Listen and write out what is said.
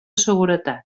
seguretat